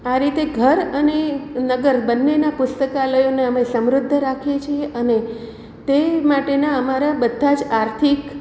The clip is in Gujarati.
આ રીતે ઘર અને નગર બંનેના પુસ્તકાલયોને અમે સમૃદ્ધ રાખીએ છીએ અને તે માટેના અમારા બધા જ આર્થિક